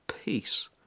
peace